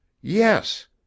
yes